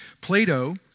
Plato